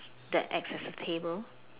that acts as a table